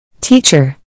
Teacher